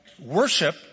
worship